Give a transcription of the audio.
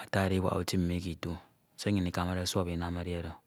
ata ediwak utim ono nnyin mi kitu se nnyin ikamade suọp inam edi oro.